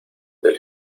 del